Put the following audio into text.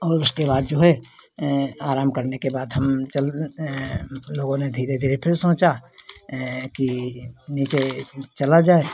और उसके बाद जो है आराम करने के बाद हम चल लोगों ने धीरे धीरे फिर सोचा कि नीचे चला जाए